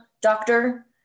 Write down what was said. doctor